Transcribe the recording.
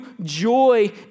joy